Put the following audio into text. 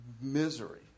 misery